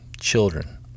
children